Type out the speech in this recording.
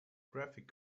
graphic